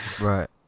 right